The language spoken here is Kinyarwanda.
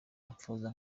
ramaphosa